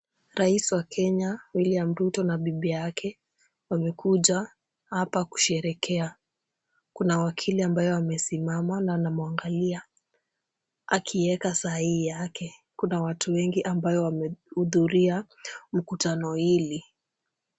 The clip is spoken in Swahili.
Rais wa Kenya William Ruto na bibi yake, wamekuja hapa kusherehekea. Kuna wakili ambayo amesimama na anamwangalia akieka sahihi yake. Kuna watu wengi ambayo wamehudhuria mkutano hili.